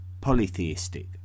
polytheistic